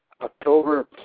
October